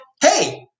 Hey